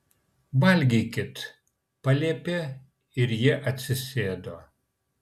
valgykit paliepė ir jie atsisėdo